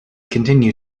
continue